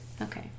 okay